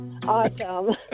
Awesome